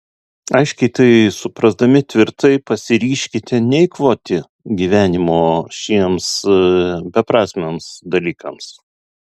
aiškiai tai suprasdami tvirtai pasiryžkite neeikvoti gyvenimo šiems beprasmiams dalykams